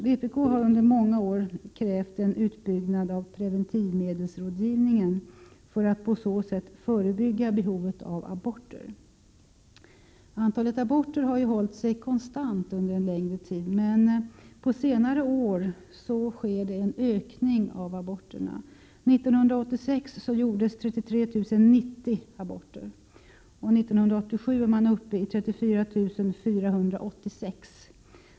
Vpk har under många år krävt en utbyggnad av preventivmedelsrådgivningen för att på så sätt förebygga behovet av aborter. Antalet aborter har hållit sig konstant under en längre tid, men på senare år har en ökning skett. År 1986 gjordes 33 090 aborter och år 1987 var man uppe i 34 486.